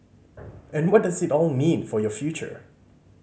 and what does it all mean for your future